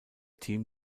team